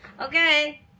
Okay